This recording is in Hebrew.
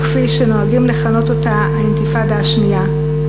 או כפי שנוהגים לכנות אותה, "האינתיפאדה השנייה",